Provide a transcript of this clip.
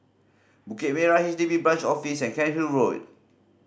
Bukit Merah H D B Branch Office and Cairnhill Road